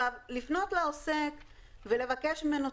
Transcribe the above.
לפנות לעוסק ולבקש ממנו,